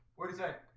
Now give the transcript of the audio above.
what is that?